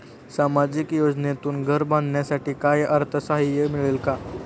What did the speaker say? सामाजिक योजनेतून घर बांधण्यासाठी काही अर्थसहाय्य मिळेल का?